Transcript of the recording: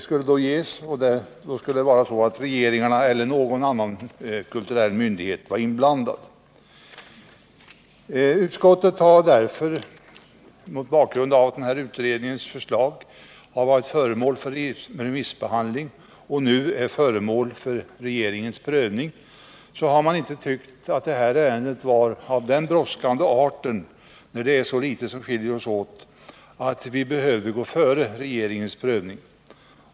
Regeringen eller någon myndighet på kulturområdet skulle vara avtalsslutande part. Utskottet har mot bakgrund av att denna utrednings förslag har varit föremål för remissbehandling och nu är föremål för regeringens prövning inte ansett detta ärende vara av så brådskande art — och när så litet skiljer oss åt — att man behöver föregripa regeringens prövning.